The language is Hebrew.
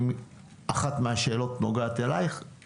אם אחת מהשאלות נוגעת אלייך,